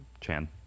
Chan